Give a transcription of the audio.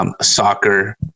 Soccer